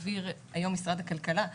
היום משרד הכלכלה,